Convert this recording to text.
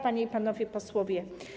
Panie i Panowie Posłowie!